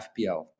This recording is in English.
FPL